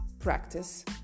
practice